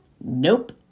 Nope